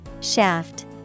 Shaft